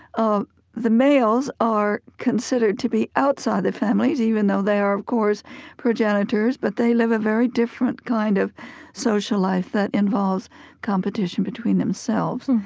ah the males are considered to be outside the family even though they are of course progenitors but they live a very different kind of social life that involves competition between themselves.